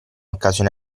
occasione